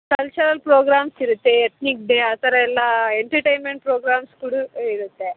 cultural programmes ಇರುತ್ತೆ ethnic day ಆ ಥರ ಎಲ್ಲ ಎಂಟರ್ಟೈನ್ಮೆಂಟ್ ಪ್ರೋಗ್ರಾಮ್ಸ್ ಕೂಡ ಇರುತ್ತೆ